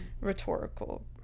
Rhetorical